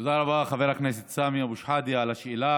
תודה רבה, חבר הכנסת סמי אבו שחאדה, על השאלה.